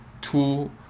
two